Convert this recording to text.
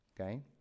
okay